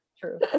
true